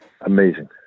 Amazing